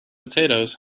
potatoes